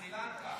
סרי לנקה.